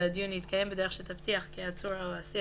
(ג)הדיון יתקיים בדרך שתבטיח כי העצור או האסיר,